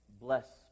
Bless